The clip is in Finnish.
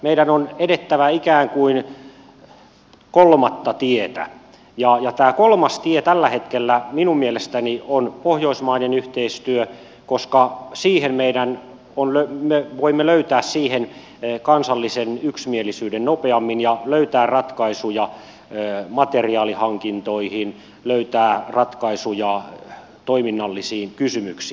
meidän on edettävä ikään kuin kolmatta tietä ja tämä kolmas tie tällä hetkellä minun mielestäni on pohjoismainen yhteistyö koska siihen me voimme löytää kansallisen yksimielisyyden nopeammin ja löytää ratkaisuja materiaalihankintoihin löytää ratkaisuja toiminnallisiin kysymyksiin